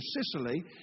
Sicily